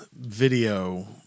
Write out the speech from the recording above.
video